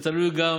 זה תלוי גם